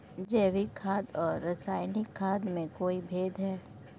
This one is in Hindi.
जैविक खाद और रासायनिक खाद में कोई भेद है?